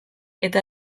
eta